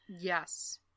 yes